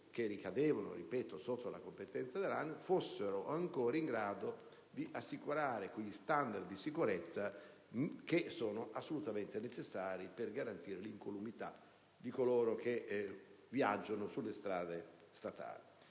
che ricadono sotto la competenza dell'ANAS, fossero ancora in grado di assicurare gli standard di sicurezza assolutamente necessari per garantire l'incolumità di coloro che viaggiano sulle strade statali.